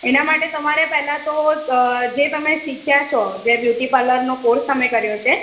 એના માટે તમારે પહેલાં તો જે તમે શીખ્યા છો જે બ્યુટી પાર્લરનો કોર્સ તમે કર્યો છે